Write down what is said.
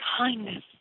kindness